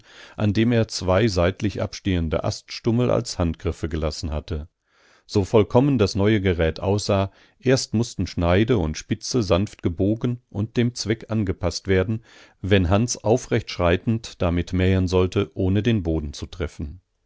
an dem er zwei seitlich abstehende aststummel als handgriffe gelassen hatte so vollkommen das neue gerät aussah erst mußten schneide und spitze sanft gebogen und dem zweck angepaßt werden wenn hans aufrecht schreitend damit mähen sollte ohne den boden zu treffen